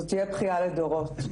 זאת תהיה בכייה לדורות.